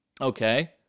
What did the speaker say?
Okay